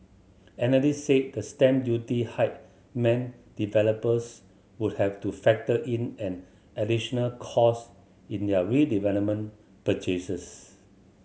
analysts said the stamp duty hike meant developers would have to factor in an additional cost in their redevelopment purchases